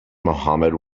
mohammad